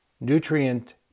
nutrient